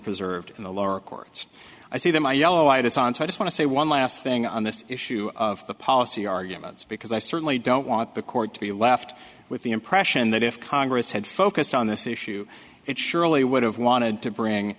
preserved in the lower courts i see that my yellow why it isn't so i just want to say one last thing on this issue of the policy arguments because i certainly don't want the court to be left with the impression that if congress had focused on this issue it surely would have wanted to bring